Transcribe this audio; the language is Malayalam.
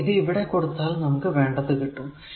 അപ്പോൾ ഇത് ഇവിടെ കൊടുത്താൽ നമുക്ക് വേണ്ടത് കിട്ടും